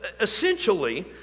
essentially